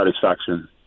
satisfaction